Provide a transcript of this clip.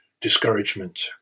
discouragement